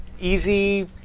easy